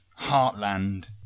Heartland